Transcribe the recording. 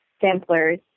samplers